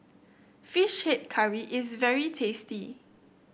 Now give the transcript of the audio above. fish head curry is very tasty